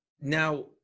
now